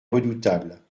redoutable